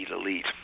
elite